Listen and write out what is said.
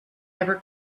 ever